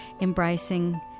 embracing